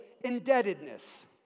indebtedness